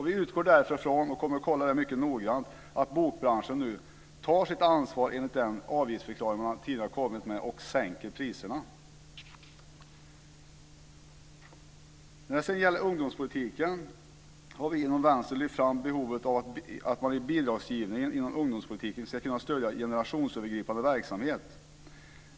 Vi utgår därför från - och kommer att kontrollera noggrant - att bokbranschen tar sitt ansvar enligt den avgiftsförklaring de tidigare uttalat och sänker priserna. När det gäller ungdomspolitiken har vi inom Vänstern lyft fram behovet av att inom bidragsgivningen kunna stödja generationsövergripande verksamhet.